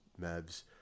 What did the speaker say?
Mavs